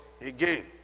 again